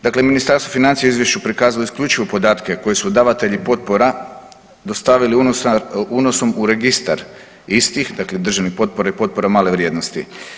Dakle, Ministarstvo financija u izvješću prikazuje isključivo podatke koje su davatelji potpora dostavili unosom u registar istih dakle državne potpore i potpore male vrijednosti.